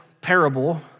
parable